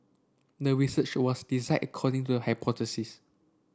the research was designed according to hypothesis